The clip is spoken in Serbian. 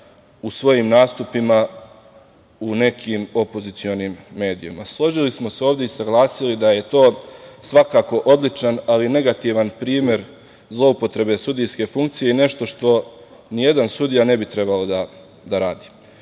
u svojim nastupima u nekim opozicionim medijima. Složili smo se ovde i saglasili da je to svakako odličan, ali negativan primer zloupotrebe sudijske funkcije i nešto što nijedan sudija ne bi trebalo da radi. Ja